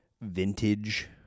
vintage